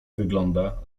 wygląda